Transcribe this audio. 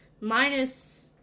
minus